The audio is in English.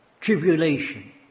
tribulation